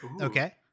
okay